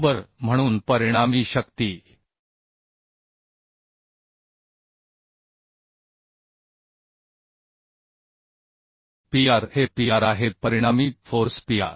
बरोबर म्हणून परिणामी शक्ती Pr हे Pr आहे परिणामी फोर्स Pr